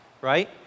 right